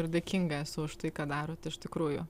ir dėkinga esu už tai ką darot iš tikrųjų